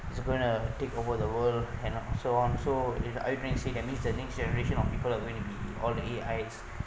it's gonna to take over the world and so on so are you going to say that means the next generation of people are gonna to be all the A_I's